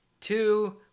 two